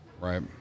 Right